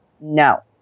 No